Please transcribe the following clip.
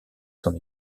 son